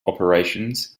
operations